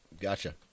gotcha